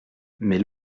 mais